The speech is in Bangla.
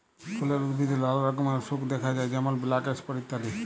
ফুলের উদ্ভিদে লালা রকমের অসুখ দ্যাখা যায় যেমল ব্ল্যাক স্পট ইত্যাদি